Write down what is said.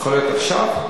עכשיו?